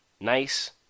Nice